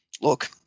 look